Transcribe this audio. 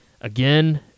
again